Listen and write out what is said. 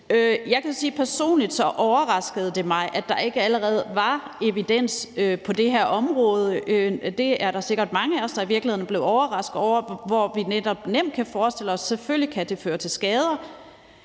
Jeg kan sige personligt, at det overraskede mig, at der ikke allerede var evidens på det her område. Det er der sikkert mange af os der i virkeligheden er blevet overrasket over, fordi vi netop nemt kan forestille os, at det selvfølgelig kan føre til skader.